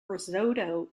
risotto